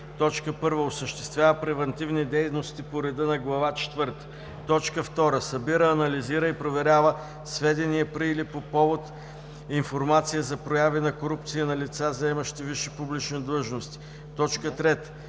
1. осъществява превантивни дейности по реда на Глава четвърта; 2. събира, анализира и проверява сведения при или по повод информация за прояви на корупция на лица, заемащи висши публични длъжности; 3.